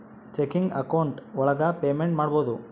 checking account ಒಳಗ payment ಮಾಡ್ಬೋದು